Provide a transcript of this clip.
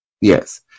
Yes